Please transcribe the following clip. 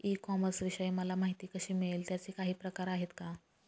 E कॉमर्सविषयी मला माहिती कशी मिळेल? त्याचे काही प्रकार आहेत का?